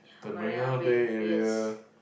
the Marina Bay area